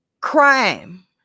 crime